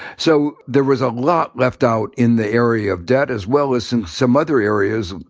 so there was a lot left out in the area of debt, as well as some some other areas,